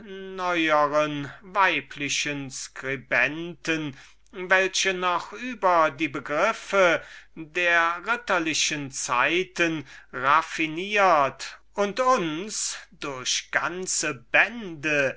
weiblicher skribenten welche noch über die begriffe der ritterlichen zeiten raffiniert und uns durch ganze bände